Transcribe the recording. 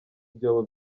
byobo